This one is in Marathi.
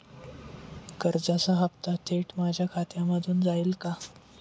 कर्जाचा हप्ता थेट माझ्या खात्यामधून जाईल का?